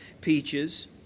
peaches